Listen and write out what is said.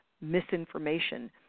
misinformation